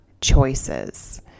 choices